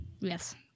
Yes